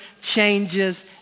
changes